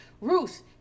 Ruth